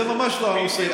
זה ממש לא הנושא.